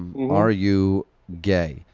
are you gay?